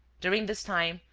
during this time,